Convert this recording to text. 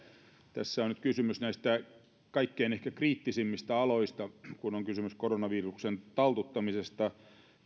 tässä on nyt kysymys ehkä näistä kaikkein kriittisimmistä aloista kun on kysymys koronaviruksen taltuttamisesta